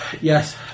Yes